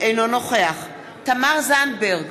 אינו נוכח תמר זנדברג,